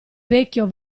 vecchio